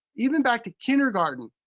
even back to kindergarten,